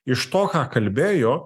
iš to ką kalbėjo